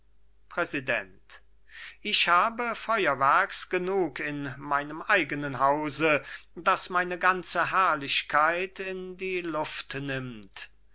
präsident ich habe feuerwerk genug in meinem eigenen hause das meine ganze herrlichkeit in die luft